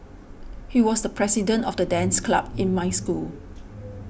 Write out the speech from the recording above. he was the president of the dance club in my school